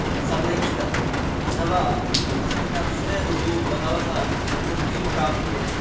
संरक्षितः अथवा अस्मिन् अवसरे बहु बहवः मृत्युं प्राप्नुवन्ति